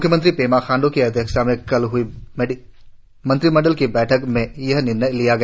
म्ख्यमंत्री पेमा खांडू की अध्यक्षता में कल हुई मंत्रिमंडल की बैठक में यह निर्णय लिया गया